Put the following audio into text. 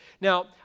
Now